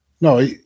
No